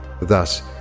thus